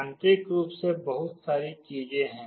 आंतरिक रूप से बहुत सारी चीजें हैं